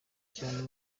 cyane